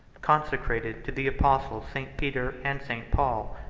consecrated to the apostles st. peter and st. paul,